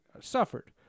suffered